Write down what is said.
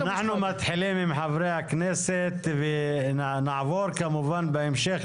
עכשיו אנחנו מתחילים עם חברי הכנסת ונעבור בהמשך כמובן